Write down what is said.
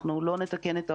אנחנו לא נתקן את העולם,